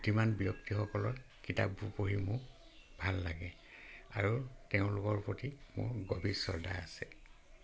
প্ৰতিমান ব্যক্তিসকলৰ কিতাপবোৰ পঢ়ি মোক ভাল লাগে আৰু তেওঁলোকৰ প্ৰতি মোৰ গভীৰ শ্ৰদ্ধা আছে